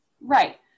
Right